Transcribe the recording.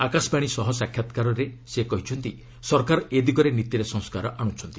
ଆକାଶବାଣୀ ସହ ସାକ୍ଷାତକାରରେ ସେ କହିଛନ୍ତି ସରକାର ଏ ଦିଗରେ ନୀତିରେ ସଂସ୍କାର ଆଣୁଛନ୍ତି